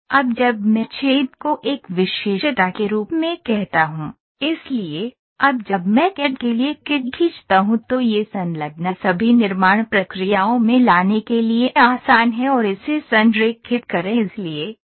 इसलिए अब जब मैं छेद को एक विशेषता के रूप में कहता हूं इसलिए अब जब मैं कैड के लिए कैड खींचता हूं तो यह संलग्न सभी निर्माण प्रक्रियाओं में लाने के लिए आसान है और इसे संरेखित करें